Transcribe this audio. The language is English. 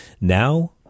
Now